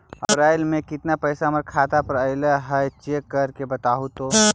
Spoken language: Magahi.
अप्रैल में केतना पैसा हमर खाता पर अएलो है चेक कर के बताहू तो?